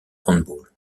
handball